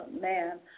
man